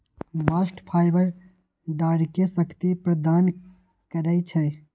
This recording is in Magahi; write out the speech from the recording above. बास्ट फाइबर डांरके शक्ति प्रदान करइ छै